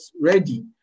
ready